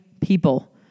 people